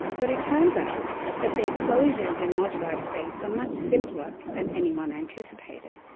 but it turns out that their closures in moduli space are much simpler than anyone anticipated.